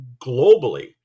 globally